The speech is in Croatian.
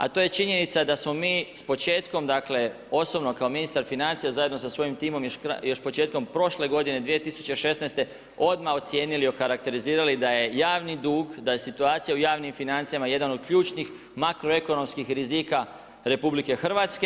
A to je činjenica da smo mi s početkom, dakle, osobno kao ministar financija, zajedno s svojim timom, još početkom prošle godine 2016. odmah ocijenili, okarakterizirali da je javni dug, da je situacija u javnim financijama jedan od ključnih makroekonomskih rizika RH.